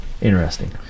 Interesting